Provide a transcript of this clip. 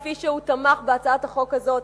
כפי שהוא תמך בהצעת החוק הזאת,